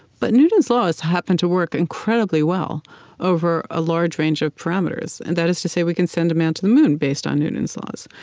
but newton's laws happen to work incredibly well over a large range of parameters. and that is to say, we can send a man to the moon, based on newton's laws.